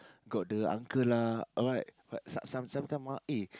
got the uncle lah alright some some sometime ah eh